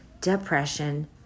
depression